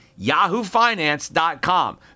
yahoofinance.com